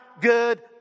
good